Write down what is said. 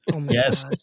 Yes